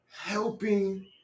helping